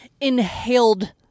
inhaled